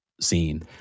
scene